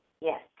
Yes